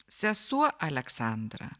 sesuo aleksandra